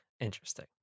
Interesting